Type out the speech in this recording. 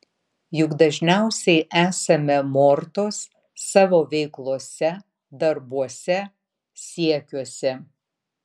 juk dažniausiai esame mortos savo veiklose darbuose siekiuose